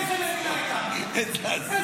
איזה מדינה הייתה?